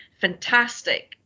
fantastic